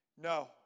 No